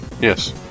yes